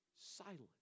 silent